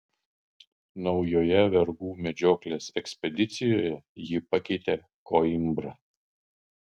naujoje vergų medžioklės ekspedicijoje jį pakeitė koimbra